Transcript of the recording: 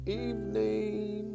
evening